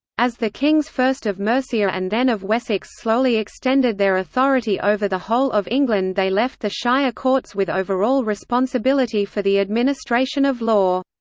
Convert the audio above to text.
as the kings first of mercia and then of wessex slowly extended their authority over the whole of england they left the shire courts with overall responsibility for the administration of law.